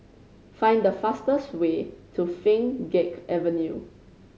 find the fastest way to Pheng Geck Avenue